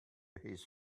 his